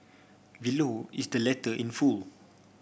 below is the letter in full